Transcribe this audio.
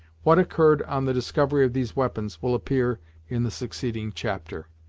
what occurred on the discovery of these weapons will appear in the succeeding chapter.